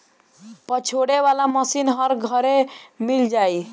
पछोरे वाला मशीन हर घरे मिल जाई